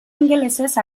ingelesez